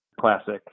classic